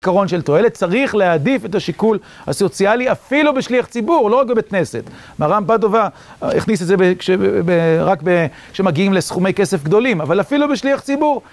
עקרון של תועלת, צריך להעדיף את השיקול הסוציאלי, אפילו בשליח ציבור, לא רק בבית כנסת. מרם פטובה הכניס את זה רק כשמגיעים לסכומי כסף גדולים, אבל אפילו בשליח ציבור.